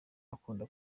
akunda